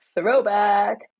Throwback